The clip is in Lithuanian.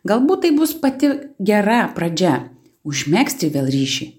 galbūt tai bus pati gera pradžia užmegzti vėl ryšį